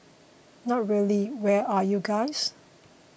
no really where are you guys